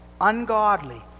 ungodly